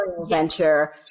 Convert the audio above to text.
venture